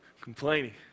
Complaining